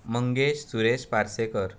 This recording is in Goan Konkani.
मंगेश सुरेश पार्सेकर